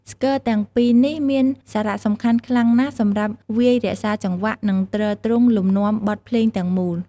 ស្គរទាំងពីរនេះមានសារៈសំខាន់ខ្លាំងណាស់សម្រាប់វាយរក្សាចង្វាក់ និងទ្រទ្រង់លំនាំបទភ្លេងទាំងមូល។